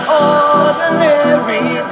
ordinary